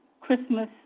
christmas